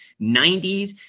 90s